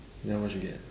then how much you get